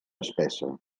espessa